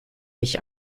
mich